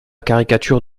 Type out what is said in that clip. caricature